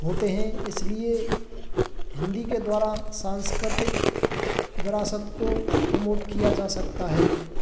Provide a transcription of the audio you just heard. होते हैं इस लिए हिंदी के द्वारा सांस्कृतिक विरासत को प्रमोट किया जा सकता है